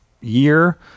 year